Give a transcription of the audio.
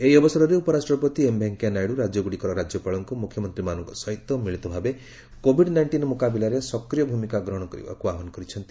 ଏହି ଅବସରରେ ଉପରାଷ୍ଟ୍ରପତି ଏମ୍ ଭେଙ୍କୟା ନାଇଡୁ ରାଜ୍ୟଗୁଡ଼ିକର ରାଜ୍ୟପାଳଙ୍କୁ ମୁଖ୍ୟମନ୍ତ୍ରୀମାନଙ୍କ ସହିତ ମିଳିତ ଭାବେ କୋଭିଡ୍ ନାଇଷ୍ଟିନ୍ ମୁକାବିଲାରେ ସକ୍ରିୟ ଭୂମିକା ଗ୍ରହଣ କରିବାକୁ ଆହ୍ପାନ କରିଛନ୍ତି